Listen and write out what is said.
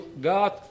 God